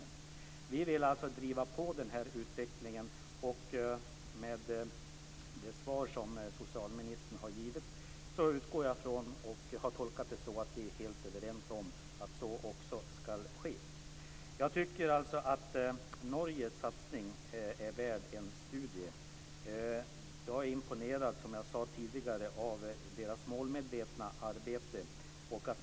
Centerpartiet vill alltså driva på den här utvecklingen, och jag har tolkat det svar som socialministern har givit så att vi är helt överens om detta. Jag tycker att Norges satsning är värd en studie. Jag är, som jag sade tidigare, imponerad av norrmännens målmedvetna arbete.